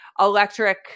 electric